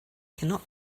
cannot